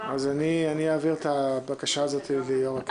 אני אעביר את הבקשה הזאת ליושב-ראש הכנסת.